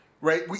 right